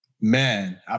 Man